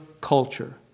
culture